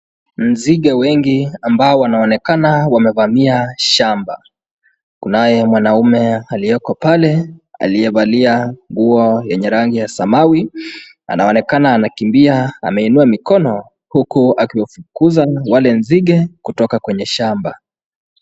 Nzige wengi ambao wanaonekana wamevamia shamba kunaye mwanamume aliyeko pale ambaye amevalia nguo ya samawi anaonekana anakimbia huku ameinua mikono akiwafukuza wale nzige kutoka kwenye shamba.